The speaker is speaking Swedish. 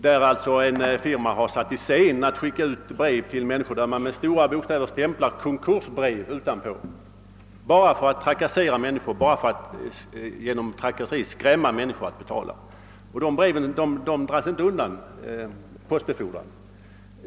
En firma har t.ex. satt i system att skicka ut brev på vilka med stora bokstäver stämplats »Konkursbrev» bara för att trakassera människor och därigenom skrämma dem att betala. Sådana brev dras inte undan postbefordran.